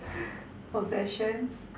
possessions